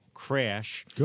Crash